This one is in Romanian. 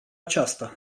aceasta